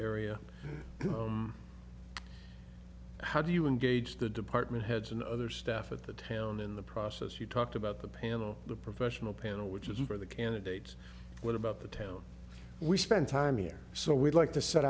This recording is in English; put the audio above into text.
area how do you engage the department heads and other staff at the town in the process you talked about the panel the professional panel which is for the candidates what about the town we spend time here so we'd like to set